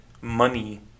money